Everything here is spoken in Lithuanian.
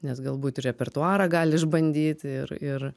nes galbūt ir repertuarą gali išbandyti ir ir